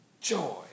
Joy